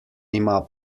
ima